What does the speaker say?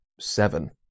seven